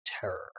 terror